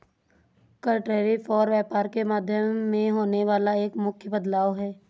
कर, टैरिफ और व्यापार के माध्यम में होने वाला एक मुख्य बदलाव हे